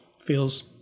feels